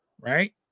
right